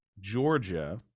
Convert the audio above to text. Georgia